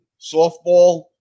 softball